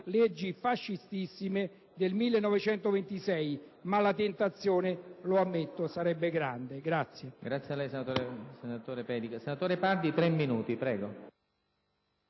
leggi fascistissime del 1926. Ma la tentazione - lo ammetto - sarebbe grande.